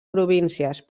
províncies